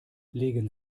legen